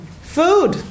Food